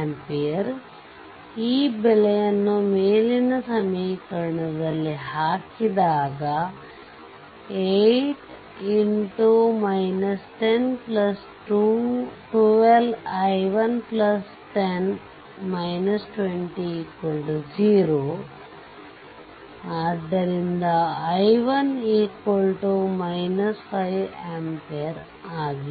ampere ಈ ಬೆಲೆಯನ್ನು ಮೇಲಿನ ಸಮೀಕರಣದಲ್ಲಿ ಹಾಕಿದಾಗ 8x 1012i110 20 0 ಆದುದರಿಂದ i1 5 ampere ಆಗಿದೆ